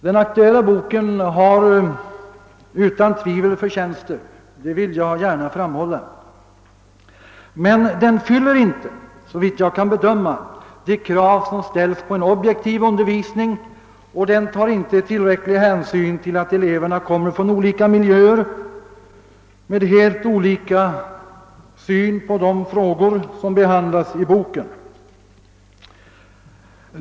Den aktuella boken har utan tvivel förtjänster, det vill jag gärna framhålla, men den fyller inte, såvitt jag kan bedöma, de krav som ställs på en objektiv undervisning, och den tar icke tillräcklig hänsyn till att eleverna kommer från olika miljöer med helt olika syn på de frågor som behandlas i boken.